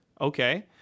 okay